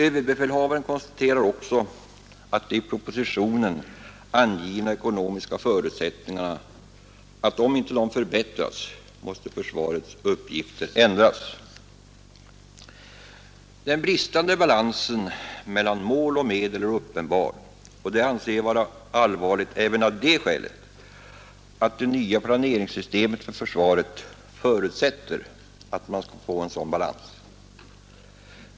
Överbefälhavaren konstaterar att om de i propositionen angivna ekonomiska förutsättningarna icke förbättras måste försvarets uppgifter ändras. Den bristande balansen mellan mål och medel är uppenbar, och det anser jag vara allvarligt även av det skälet att det nya planeringssystemet för försvaret förutsätter att man skall få en sådan balans.